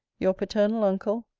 your paternal uncle,